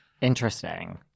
Interesting